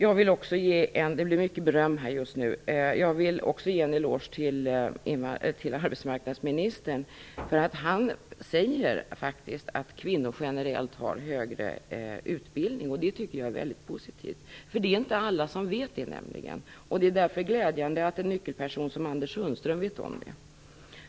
Jag vill också ge en eloge - det blir mycket beröm just nu - till arbetsmarknadsministern för att han faktiskt säger att kvinnor generellt har hög utbildning. Det tycker jag är mycket positivt. Det är nämligen inte alla som vet det. Det är därför glädjande att en nyckelperson som Anders Sundström vet om det.